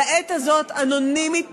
לעת הזאת אנונימית,